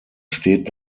steht